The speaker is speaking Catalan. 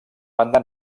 banda